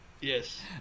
Yes